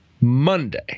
Monday